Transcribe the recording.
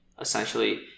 essentially